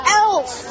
else